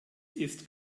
ist